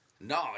No